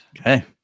Okay